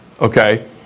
okay